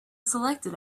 selected